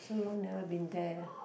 so long never been there